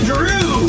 Drew